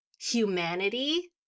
humanity